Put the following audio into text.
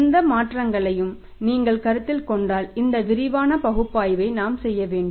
இந்த மாற்றங்களையும் நீங்கள் கருத்தில் கொண்டால் இந்த விரிவான பகுப்பாய்வை நாம் செய்ய வேண்டும்